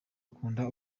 akunda